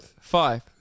five